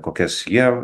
kokias jie